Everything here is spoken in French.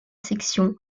section